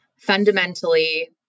fundamentally